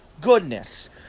goodness